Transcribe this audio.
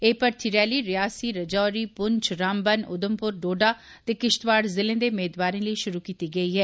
एह् मर्थी रैली रियासी राजौरी पुंछ रामबन उधमपुर डोडा ते किश्तवाड़ ज़िलें दे मेदवारें लेई शुरू कीती गेई ऐ